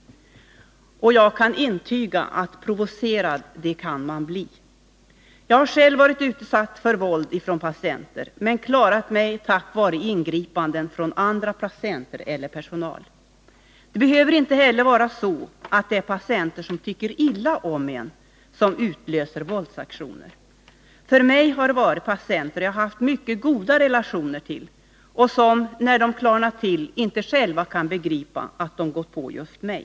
Och jag kan intyga att Nr 157 provocerad, det kan man bli. Jag har själv varit utsatt för våld från patienter men klarat mig tack vare ingripanden från andra patienter eller personal. Det behöver inte heller vara så att det är patienter som tycker illa om en som utlöser våldsaktioner. För mig har det gällt patienter som jag haft mycket goda relationer till och som när de klarnat till inte själva kan begripa att de gått på just mig.